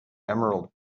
emerald